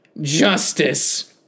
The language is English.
Justice